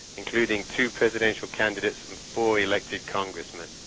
including two presidential candidates and four elected congressmen.